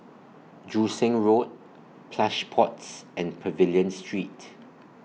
Joo Seng Road Plush Pods and Pavilion Street